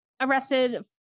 arrested